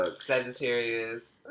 Sagittarius